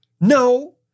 No